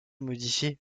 modifiée